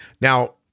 Now-